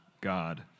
God